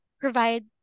provide